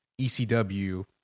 ECW